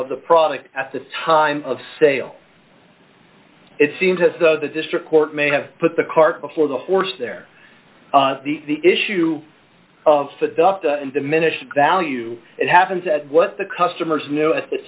of the product at the time of sale it seems as though the district court may have put the cart before the horse there the issue of the duck and diminished value it happens and what the customers knew at th